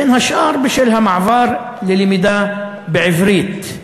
בין השאר בשל המעבר ללמידה בעברית,